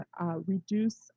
reduce